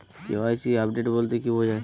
KYC update বলতে কি বোঝায়?